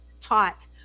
taught